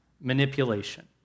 manipulation